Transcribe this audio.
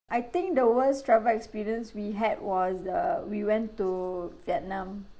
I think the worst travel experience we had was uh we went to vietnam